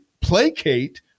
placate